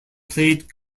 played